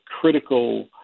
critical